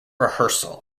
rehearsal